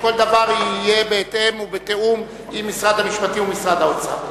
שכל דבר יהיה בהתאם ובתיאום עם משרד המשפטים ומשרד האוצר?